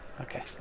Okay